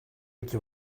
iki